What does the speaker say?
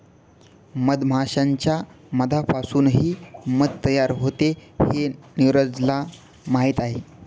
मधमाश्यांच्या मधापासूनही मध तयार होते हे नीरजला माहीत आहे